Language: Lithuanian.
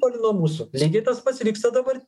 toli nuo mūsų lygiai tas pats vyksta dabar